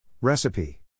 Recipe